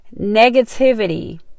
Negativity